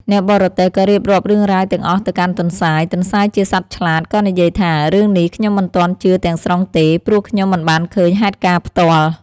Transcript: អ្នកបរទេះក៏រៀបរាប់រឿងរ៉ាវទាំងអស់ទៅកាន់ទន្សាយ ទន្សាយជាសត្វឆ្លាត ក៏និយាយថា "រឿងនេះខ្ញុំមិនទាន់ជឿទាំងស្រុងទេ ព្រោះខ្ញុំមិនបានឃើញហេតុការណ៍ផ្ទាល់។